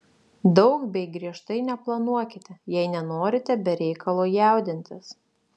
daug bei griežtai neplanuokite jei nenorite be reikalo jaudintis